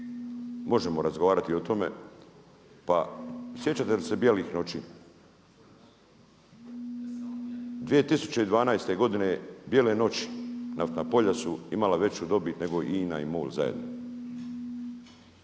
možemo razgovarati i o tome pa sjećate li se bijelih noći? 2012. godine bijele noći, naftna polja su imala veću dobit nego INA i MOL zajedno.